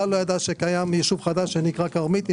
ב-2019 שקיים יישוב חדש שנקרא כרמית,